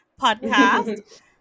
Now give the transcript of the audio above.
podcast